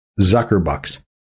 Zuckerbucks